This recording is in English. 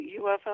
UFO